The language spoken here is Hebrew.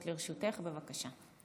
לרשותך, בבקשה.